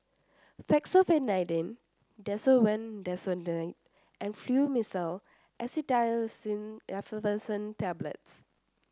Fexofenadine Desowen Desonide and Fluimucil Acetylcysteine Effervescent Tablets